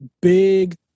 big